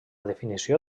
definició